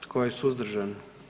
Tko je suzdržan?